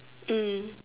mm